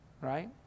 Right